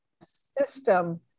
system